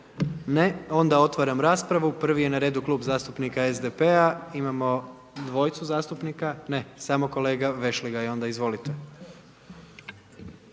Ne. Onda otvaram raspravu. Prvi je na redu Klub zastupnika SDP-a. Imamo dvojicu zastupnika, ne, samo kolega Vešligaj onda. Izvolite.